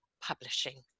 Publishing